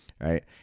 Right